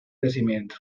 crecimiento